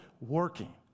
working